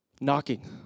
Knocking